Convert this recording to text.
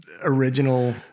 original